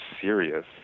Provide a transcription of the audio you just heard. serious